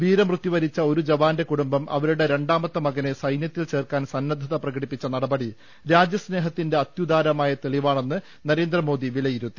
വീരമൃത്യുവരിച്ച ഒരു ജവാന്റെ കുടുംബം അവരുടെ രണ്ടാമത്തെ മകനെ സൈന്യത്തിൽ ചേർക്കാൻ സന്നദ്ധത പ്രകടിപ്പിച്ച നടപടി രാജൃസ്നേഹത്തിന്റെ അത്യു ദാരമായ തെളിവാണെന്ന് നരേന്ദ്രമോദി വിലയിരുത്തി